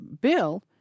bill